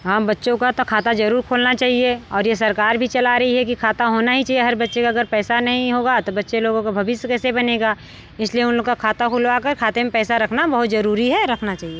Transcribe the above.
हाँ बच्चों का तो खाता ज़रूर खोलना चाहिए और ये सरकार भी चला रही है कि खाता होना ही चाहिए हर बच्चे का अगर पैसा नहीं होगा तो बच्चे लोगों को भविष्य कैसे बनेगा इस लिए उनका खाता खुलवा कर खाते में पैसा रखना बहुत ज़रूरी है रखना चाहिए